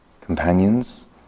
companions